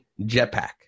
Jetpack